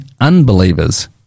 unbelievers